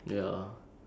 ya iPhone